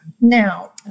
Now